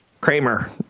Kramer